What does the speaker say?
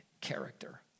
character